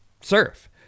surf